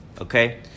okay